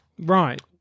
Right